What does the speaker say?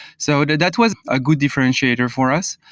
so that was a good differentiator for us.